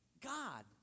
God